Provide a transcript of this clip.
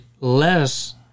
less